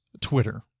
Twitter